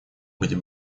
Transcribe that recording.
быть